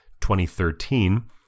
2013